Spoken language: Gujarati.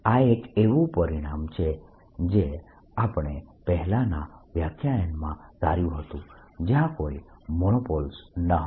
આ એક એવું પરિણામ છે જે આપણે પહેલાના વ્યાખ્યાનમાં ધાર્યું હતું જયાં કોઈ મોનોપોલ્સ ન હતા જયાં ચુંબકીય ક્ષેત્રનો કોઈ એક સ્રોત ન હતો